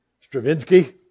Stravinsky